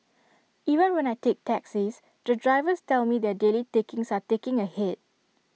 even when I take taxis the drivers tell me their daily takings are taking A hit